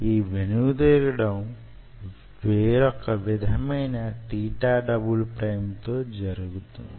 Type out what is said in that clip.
ఈ వెనుదిరగడం వేరొక విధమైన తీటా డబుల్ ప్రైమ్ తో జరుగుతుంది